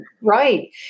right